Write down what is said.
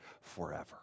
forever